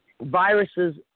viruses